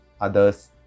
others